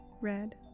red